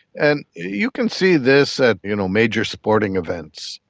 and you can see this at you know major sporting events.